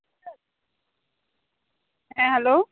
ᱦᱮᱸ ᱦᱮᱞᱳ